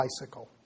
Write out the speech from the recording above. bicycle